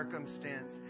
circumstance